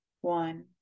one